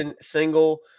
single